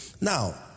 Now